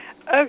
Okay